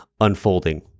unfolding